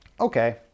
okay